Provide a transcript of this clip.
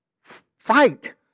Fight